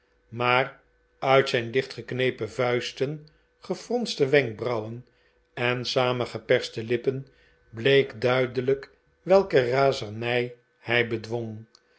maar uit zijn dichtgeknepen vuisten gefronste wenkbrauwen en samengeperste lippen bleek duidelijk welke razernij hij bedwong